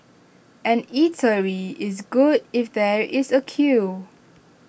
an eatery is good if there is A queue